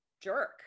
jerk